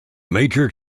major